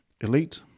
elite